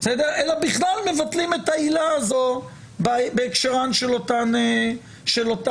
אלא בכלל מבטלים את העילה הזאת בהקשרם של אותם דרגים.